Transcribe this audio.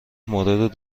مورد